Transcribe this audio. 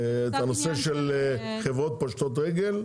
את הנושא של חברות פושטות רגל.